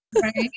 Right